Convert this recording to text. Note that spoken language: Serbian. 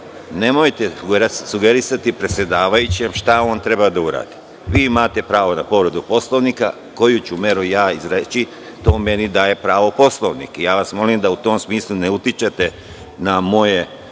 nemojte sugerisati predsedavajućem šta on treba da uradi. Vi imate pravo na povredu Poslovnika, a koju ću meru izreći, to meni daje pravo Poslovnik. Molim vas da u tom smislu ne utičete na moje odlučivanje. Da